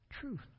truth